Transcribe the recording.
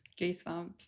Goosebumps